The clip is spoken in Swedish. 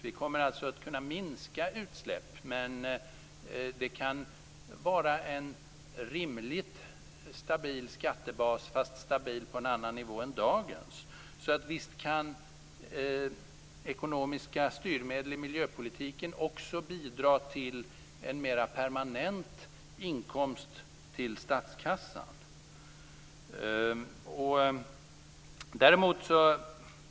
Vi kommer alltså att kunna minska utsläpp. Men det kan vara en rimligt stabil skattebas, fastän stabil på en annan nivå än dagens. Visst kan ekonomiska styrmedel i miljöpolitiken också bidra till en mer permanent inkomst till statskassan.